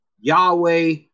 Yahweh